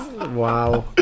wow